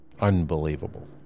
unbelievable